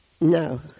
No